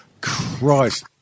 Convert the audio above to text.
Christ